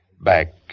Back